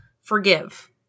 Forgive